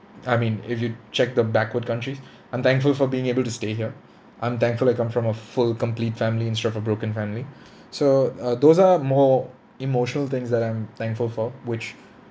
I mean if you check the backward countries I'm thankful for being able to stay here I'm thankful I come from a full complete family instead of a broken family so uh those are more emotional things that I'm thankful for which